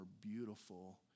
beautiful